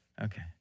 Okay